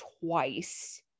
twice